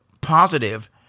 positive